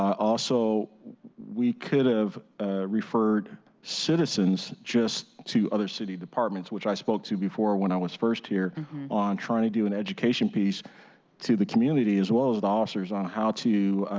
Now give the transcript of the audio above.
also we could have referred citizens just to other city departments, which i spoke to before when i was first here on trying to do an education piece to the community as well as the officers on how to